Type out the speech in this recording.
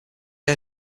air